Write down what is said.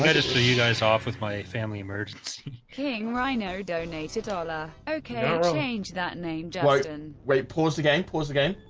yeah just saw you guys off with my family emergency king rhino donate a dollar okay change that name wait, and wait pause the game pause the game